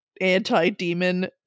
anti-demon